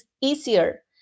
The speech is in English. easier